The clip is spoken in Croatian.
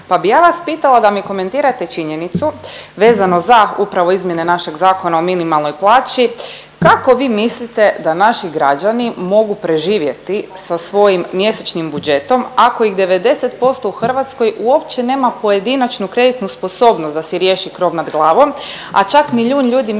pa bi ja vas pitala da mi komentirate činjenicu vezano za upravo izmjene našeg Zakona o minimalnoj plaći kako vi mislite da naši građani mogu preživjeti sa svojim mjesečnim budžetom ako ih 90% u Hrvatskoj uopće nema pojedinačnu kreditnu sposobnost da si riješi krov nad glavom, a čak milijun ljudi mjesečno